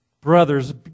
brothers